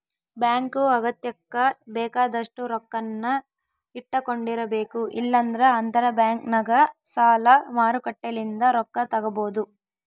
bank ಅಗತ್ಯಕ್ಕ ಬೇಕಾದಷ್ಟು ರೊಕ್ಕನ್ನ ಇಟ್ಟಕೊಂಡಿರಬೇಕು, ಇಲ್ಲಂದ್ರ ಅಂತರಬ್ಯಾಂಕ್ನಗ ಸಾಲ ಮಾರುಕಟ್ಟೆಲಿಂದ ರೊಕ್ಕ ತಗಬೊದು